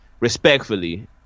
respectfully